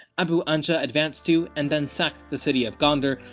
abu anja advanced to and then sacked the city of gondar,